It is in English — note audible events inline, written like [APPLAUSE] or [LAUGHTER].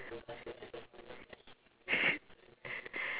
[LAUGHS]